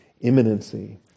imminency